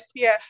SPF